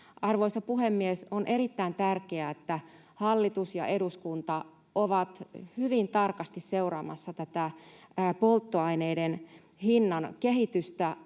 Arvoisa puhemies! On erittäin tärkeää, että hallitus ja eduskunta ovat hyvin tarkasti seuraamassa tätä polttoaineiden hinnan kehitystä,